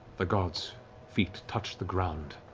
the gods' feet touched the ground,